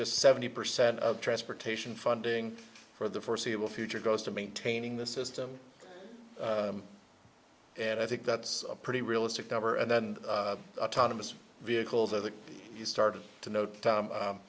just seventy percent of transportation funding for the foreseeable future goes to maintaining the system and i think that's a pretty realistic number and then autonomous vehicles that you started to no